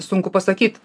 sunku pasakyt